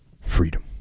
freedom